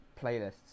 playlists